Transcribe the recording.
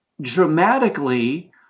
dramatically